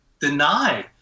deny